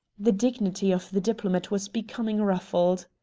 the dignity of the diplomat was becoming ruffled.